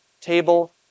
table